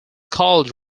called